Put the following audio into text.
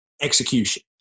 execution